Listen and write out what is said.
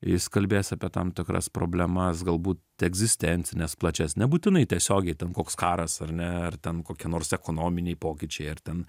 jis kalbės apie tam tikras problemas galbūt egzistencines plačias nebūtinai tiesiogiai ten koks karas ar ne ar ten kokie nors ekonominiai pokyčiai ar ten